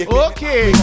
okay